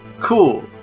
Cool